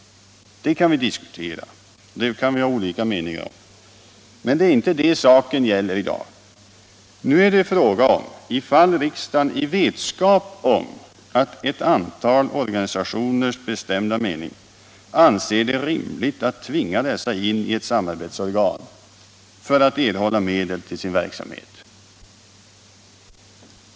Det kan vi diskutera, men det är inte det saken gäller i dag. Nu är det fråga om ifall riksdagen i vetskap om ett antal organisationers bestämda mening anser det rimligt att tvinga dessa in i ett samarbetsorgan för att erhålla medel till sin verksamhet.